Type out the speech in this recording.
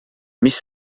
mis